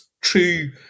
true